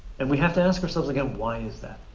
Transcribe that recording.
and we have to ask ourselves again, why is that?